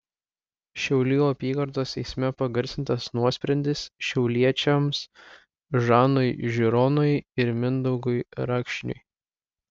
šiaulių apygardos teisme pagarsintas nuosprendis šiauliečiams žanui žironui ir mindaugui rakšniui